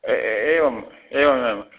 एवम् एवमेवं